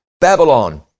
Babylon